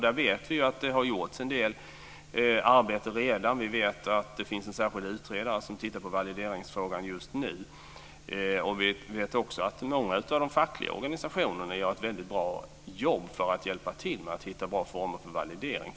Vi vet att det har gjorts en del arbete redan. Vi vet att det finns en särskilt utredare som tittar på valideringsfrågan just nu. Vi vet också att många av de fackliga organisationerna gör ett bra jobb för att hjälpa till med att hitta bra former för validering.